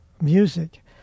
music